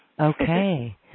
Okay